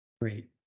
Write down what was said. great